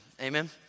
Amen